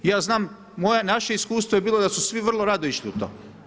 Ja znam, moje, naše iskustvo je bilo da su svi vrlo rado išli u to.